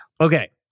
okay